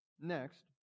next